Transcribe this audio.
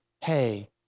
hey